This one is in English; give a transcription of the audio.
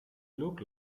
look